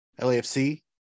lafc